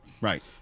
right